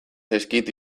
zaizkit